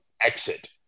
exit